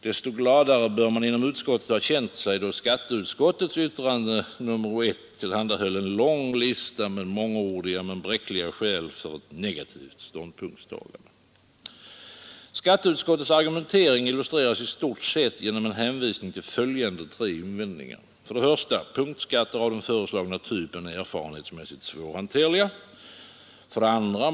Desto gladare bör man inom utskottet ha känt sig, då skatteutskottets yttrande nr 1 tillhandahöll en lång lista med mångordiga men bräckliga skäl för ett negativt ståndpunktstagande. Skatteutskottets argumentering illustreras i stort sett genom en hänvisning till följande tre invändningar. 1. Punktskatter av den föreslagna typen är erfarenhetsmässigt svårhanterliga. 2.